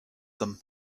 them